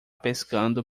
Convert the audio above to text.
pescando